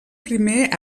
primer